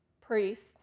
priests